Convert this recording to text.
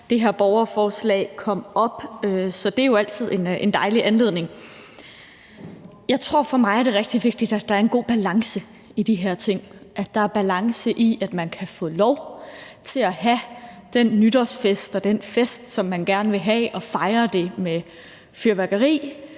før det her borgerforslag kom op. Så det er jo dejligt med en anledning til det. For mig er det rigtig vigtigt, at der er en god balance i de her ting – at der er balance i, at man kan få lov til at have den nytårsfest, som man gerne vil have, og fejre det med fyrværkeri,